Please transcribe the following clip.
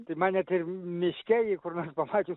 tai man net ir miške jį kur nors pamačius